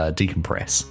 decompress